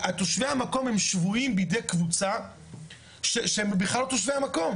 תושבי המקום שבויים בידי קבוצה שהם בכלל לא תושבי המקום.